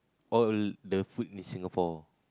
what will the food in Singapore